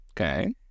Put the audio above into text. Okay